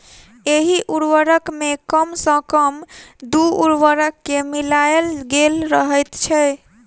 एहि उर्वरक मे कम सॅ कम दू उर्वरक के मिलायल गेल रहैत छै